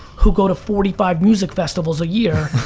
who go to forty five music festivals a year,